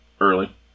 early